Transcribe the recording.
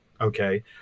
okay